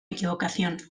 equivocación